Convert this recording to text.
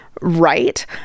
right